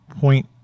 point